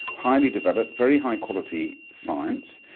highly developed, very high quality science,